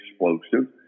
explosive